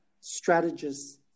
strategists